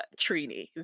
trini